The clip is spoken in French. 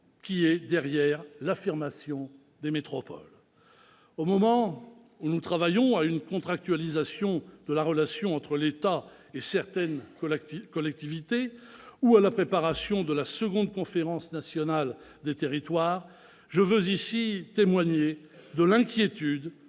qui est derrière l'affirmation des métropoles. Au moment où nous travaillons à une contractualisation de la relation entre l'État et certaines collectivités ou à la préparation de la deuxième réunion de la Conférence nationale des territoires, je veux ici témoigner de l'inquiétude,